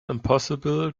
impossible